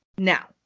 Now